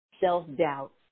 self-doubt